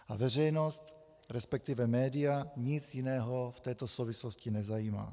A veřejnost, resp. média nic jiného v této souvislosti nezajímá.